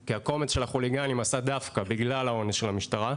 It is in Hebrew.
כי הקומץ של החוליגנים עשה דווקא בגלל העונש של המשטרה,